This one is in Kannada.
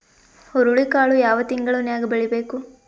ಹುರುಳಿಕಾಳು ಯಾವ ತಿಂಗಳು ನ್ಯಾಗ್ ಬೆಳಿಬೇಕು?